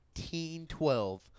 1912